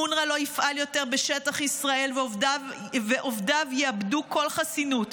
אונר"א לא יפעל יותר בשטח ישראל ועובדיו יאבדו כל חסינות,